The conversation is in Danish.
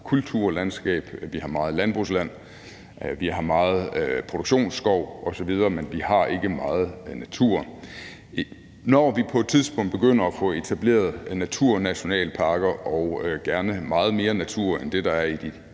kulturlandskab, vi har meget landbrugsland, og vi har meget produktionsskov osv., men vi har ikke meget natur. Når vi på et tidspunkt begynder at få etableret naturnationalparker og gerne meget mere natur end det, der er i de